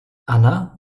anna